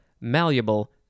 malleable